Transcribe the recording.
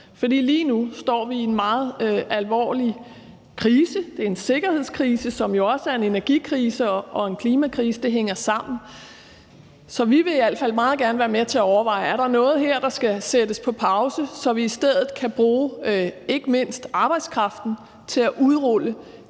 For lige nu står vi i en meget alvorlig krise. Det er en sikkerhedskrise, som jo også er en energikrise og en klimakrise. Det hænger sammen. Så vi vil i alt fald meget gerne være med til at overveje, om der er noget her, der skal sættes på pause, så vi i stedet kan bruge ikke mindst arbejdskraften til at udrulle det akutte, vi